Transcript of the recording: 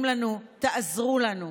תעזרו לנו.